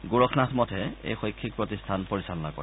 গোৰখনাথ মথে এই শৈক্ষিক প্ৰতিষ্ঠান পৰিচালনা কৰে